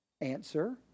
answer